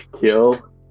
kill